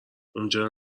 اونجا